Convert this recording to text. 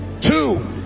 two